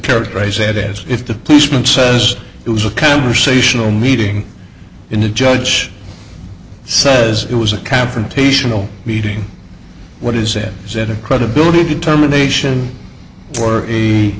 characterize it as if the policeman says it was a conversational meeting in the judge says it was a confrontational meeting what is it is that a credibility determination for a